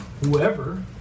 whoever